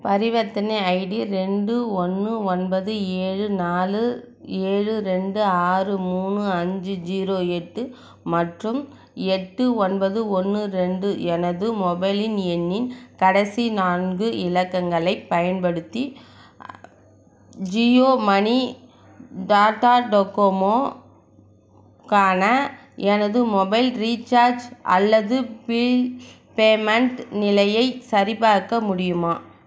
பரிவர்த்தனை ஐடி ரெண்டு ஒன்று ஒன்பது ஏழு நாலு ஏழு ரெண்டு ஆறு மூணு அஞ்சு ஜீரோ எட்டு மற்றும் எட்டு ஒன்பது ஒன்று ரெண்டு எனது மொபைலின் எண்ணின் கடைசி நான்கு இலக்கங்களைப் பயன்படுத்தி ஜியோ மனி டாட்டா டொக்கோமோ கான எனது மொபைல் ரீச்சார்ஜ் அல்லது ப்ரீ பேமெண்ட் நிலையை சரிபார்க்க முடியுமா